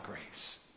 grace